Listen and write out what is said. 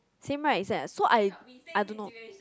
same right is that so I I don't know